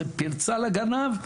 זה פרצה לגנב,